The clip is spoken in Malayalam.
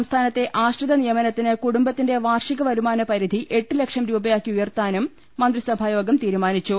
സംസ്ഥാനത്തെ ആശ്രിത നിയമനത്തിന് കുടുംബത്തിന്റെ വാർഷിക വരുമാനപരിധി എട്ട് ലക്ഷം രൂപയാക്കി ഉയർത്താനും മന്ത്രിസഭായോഗം തീരുമാനിച്ചു